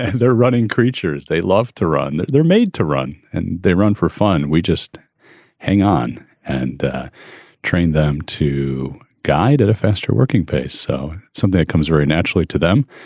and they're running creatures. they love to run they're they're made to run and they run for fun. we just hang on and train them to guide at a faster working pace. so something comes very naturally to them.